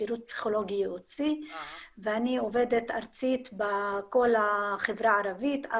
שירות פסיכולוגי ייעוצי ואני עובדת ארצית בכל החברה הערבית,